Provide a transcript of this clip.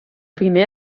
primer